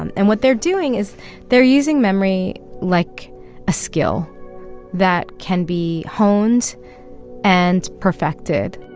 um and what they're doing is they're using memory like a skill that can be honed and perfected